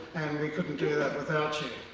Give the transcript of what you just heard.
and we couldn't do that without you.